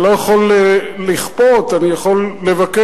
אני לא יכול לכפות, אני יכול לבקש.